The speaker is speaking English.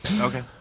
Okay